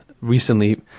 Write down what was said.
recently